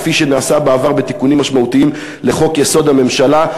כפי שנעשה בעבר בתיקונים משמעותיים לחוק-יסוד: הממשלה.